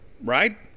right